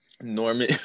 Norman